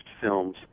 films